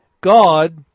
God